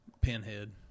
pinhead